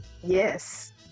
Yes